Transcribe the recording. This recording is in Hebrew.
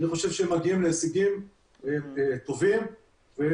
אני חושב שהן מגיעות להישגים טובים ומיטיבים,